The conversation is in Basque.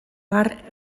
har